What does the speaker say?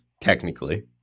technically